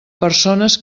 persones